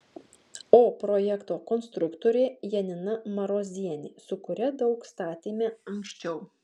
o projekto konstruktorė janina marozienė su kuria daug statėme anksčiau